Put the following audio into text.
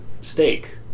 steak